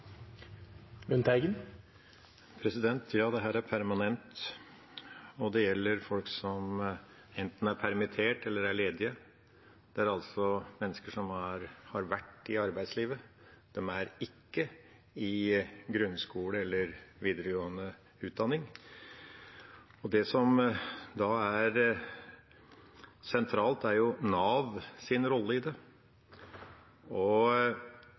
permanent, og det gjelder folk som enten er permittert eller ledige. Det er altså mennesker som har vært i arbeidslivet. De er ikke i grunnskole- eller videregående utdanning. Det som da er sentralt, er Navs rolle i det. Når regjeringspartiene stemmer mot at regjeringa skal gjøre en ekstra innsats ved å følge tett og